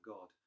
God